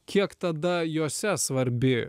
kiek tada juose svarbi